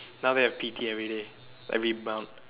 now they have P_T every day every m~